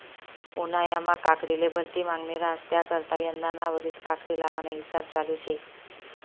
उन्हायामा काकडीले भलती मांगनी रहास त्याकरता यंदाना वरीस काकडी लावाना ईचार चालू शे